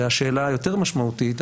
והשאלה היותר משמעותית,